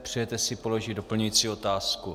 Přejete si položit doplňující otázku?